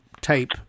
tape